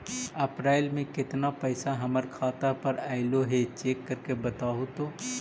अप्रैल में केतना पैसा हमर खाता पर अएलो है चेक कर के बताहू तो?